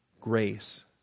grace